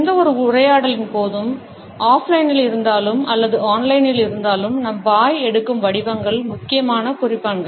எந்தவொரு உரையாடலின் போதும் ஆஃப்லைனில் இருந்தாலும் அல்லது ஆன்லைனில் இருந்தாலும் நம் வாய் எடுக்கும் வடிவங்கள் முக்கியமான குறிப்பான்கள்